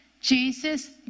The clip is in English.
Jesus